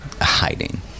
hiding